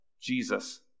Jesus